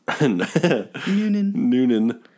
Noonan